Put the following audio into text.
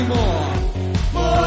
More